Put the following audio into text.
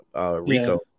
Rico